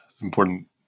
important